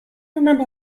remember